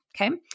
Okay